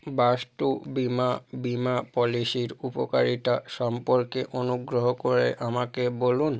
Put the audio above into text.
বাস্তু বিমা বিমা পলিসির উপকারিতা সম্পর্কে অনুগ্রহ করে আমাকে বলুন